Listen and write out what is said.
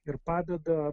ir padeda